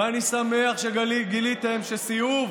ואני שמח שגיליתם שסיאוב